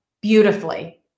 beautifully